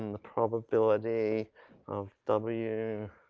and the probability of w.